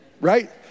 right